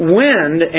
wind